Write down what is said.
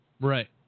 Right